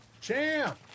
Champ